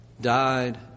died